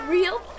real